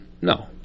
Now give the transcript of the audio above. no